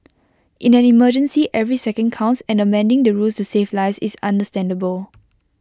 in an emergency every second counts and amending the rules to save lives is understandable